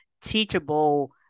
teachable